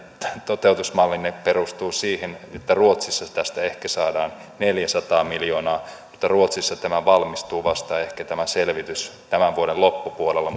toteutusmallinne perustuu siihen että ruotsissa tästä ehkä saadaan neljäsataa miljoonaa ruotsissa tämä selvitys valmistuu vasta ehkä tämän vuoden loppupuolella